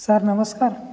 sir ନମସ୍କାର